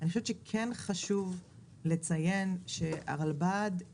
אני חושבת שכן חשוב לציין שהרלב"ד,